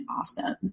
awesome